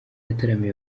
yataramiye